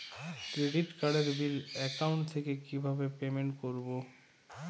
Credit কার্ডের bill account থেকে কিভাবে পেমেন্ট করবো?